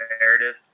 narrative